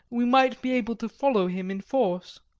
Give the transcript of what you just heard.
we might be able to follow him in force.